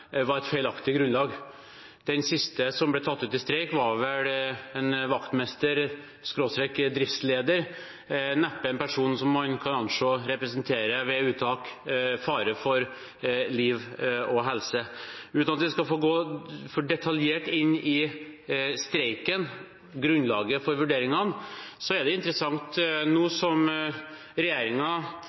et feilaktig grunnlag. Den siste som ble tatt ut i streik, var vel en vaktmester/driftsleder – neppe en person man kan anse ved uttak representerer fare for liv og helse. Uten at vi skal gå for detaljert inn i streiken og grunnlaget for vurderingene, er dette interessant: